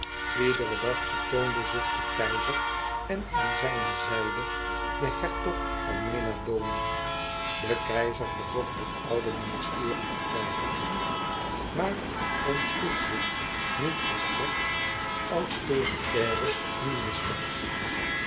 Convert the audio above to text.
iederen dag vertoonde zich de keizer en aan zijne zijde de hertog van ena oni e keizer verzocht het oude ministerie te blijven maar ontsloeg de niet volstrekt autoritaire ministers